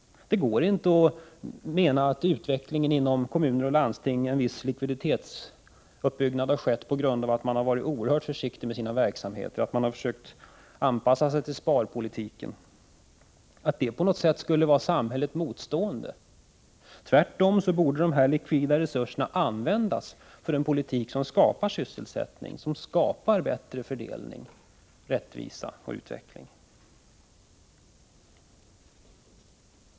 Det går inte att hävda att utvecklingen inom kommuner och landsting, där en viss likviditetsuppbyggnad har skett på grund av att man varit oerhört försiktig med sina verksamheter och försökt anpassa sig till sparpolitiken, skulle vara samhället motstående. Tvärtom borde de här likvida resurserna användas för en politik som skapar sysselsättning, som skapar bättre fördelning, rättvisa och utveckling.